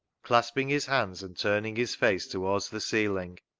clasping his hands and turning his face towards the ceiling,